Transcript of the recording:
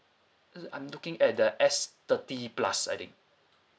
I'm looking at the S thirty plus I think